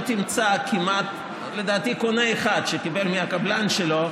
אתה לא תמצא כמעט קונה אחד שקיבל מהקבלן שלו,